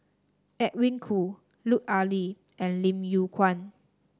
Edwin Koo Lut Ali and Lim Yew Kuan